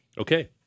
Okay